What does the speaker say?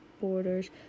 borders